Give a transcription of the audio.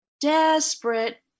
desperate